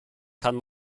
kann